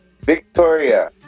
Victoria